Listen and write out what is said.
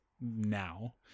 now